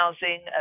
housing